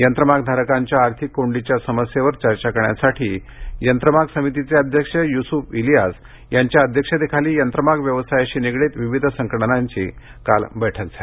यंत्रमागधारकांच्या आर्थिक कोंडीच्या समस्येवर चर्चा करण्यासाठी यंत्रमाग समितीचे अध्यक्ष यूस्फ इलियास यांच्या अध्यक्षतेखाली यंत्रमाग व्यवसायाशी निगडीत विविध संघटनांची काल बैठक झाली